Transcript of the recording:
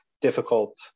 difficult